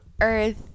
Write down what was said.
Earth